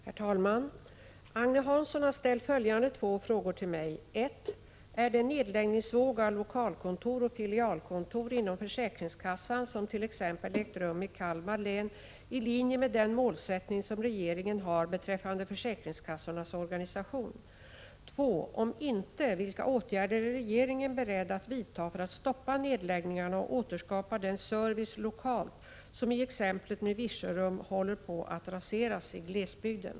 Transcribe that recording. Herr talman! Agne Hansson har ställt följande två frågor till mig: 1. Är den nedläggningsvåg av lokalkontor och filialkontor inom försäkringskassan som t.ex. ägt rum i Kalmar län i linje med den målsättning som regeringen har beträffande försäkringskassornas organisation? 2. Om inte, vilka åtgärder är regeringen beredd att vidta för att stoppa nedläggningarna och återskapa den service lokalt som — i exemplet med Virserum — håller på att raseras i glesbygden?